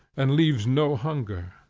and leaves no hunger.